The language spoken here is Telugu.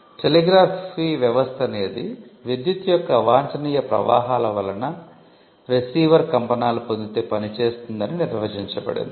టెలిగ్రాఫీ వ్యవస్థ అనేది విద్యుత్తు యొక్క అవాంఛనీయ ప్రవాహాల వలన రిసీవర్ కంపనాలు పొందితే పని చేస్తుంది అని నిర్వచించబడింది